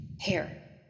Hair